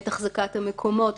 את אחזקת המקומות,